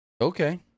okay